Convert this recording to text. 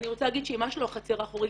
אני רוצה להגיד שהיא ממש לא החצר האחורית.